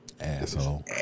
Asshole